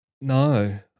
No